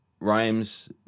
rhymes